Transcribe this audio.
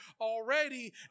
already